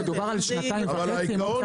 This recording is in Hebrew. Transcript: מדובר על שנתיים וחצי --- אבל העיקרון